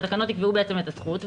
שהתקנות יקבעו בעצם את הזכות,